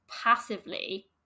passively